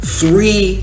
three